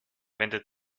wendet